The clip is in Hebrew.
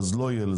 זה לא יהיה.